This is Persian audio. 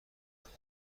کنید